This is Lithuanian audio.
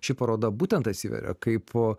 ši paroda būtent atsiveria kaipo